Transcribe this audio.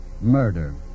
murder